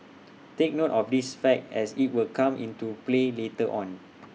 take note of this fact as IT will come into play later on